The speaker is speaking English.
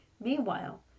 Meanwhile